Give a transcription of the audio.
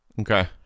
Okay